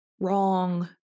wrong